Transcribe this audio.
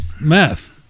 Meth